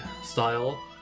style